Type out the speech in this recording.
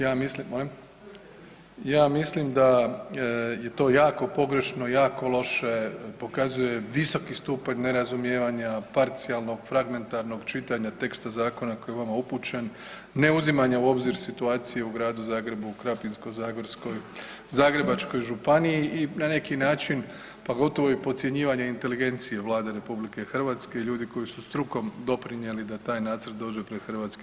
Ja mislim, molim, ja mislim da je to jako pogrešno i jako loše, pokazuje visoki stupanj nerazumijevanja, parcijalnog, fragmentarnog čitanja teksta zakona koji je vama upućen, ne uzimanja u obzir situacije u Gradu Zagrebu, u Krapinsko-zagorskoj, Zagrebačkoj županiji i na neki način, pa gotovo i podcjenjivanje inteligencije Vlade RH i ljudi koji su strukom doprinijeli da taj nacrt dođe pred HS.